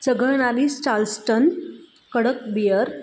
चालस्टन कडक बिअर